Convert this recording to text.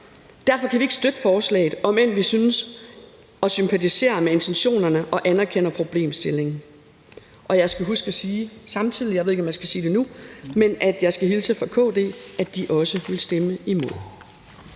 Derfor kan vi ikke støtte forslaget, omend vi synes om og sympatiserer med intentionerne og anerkender problemstillingen. Jeg skal samtidig huske at sige – og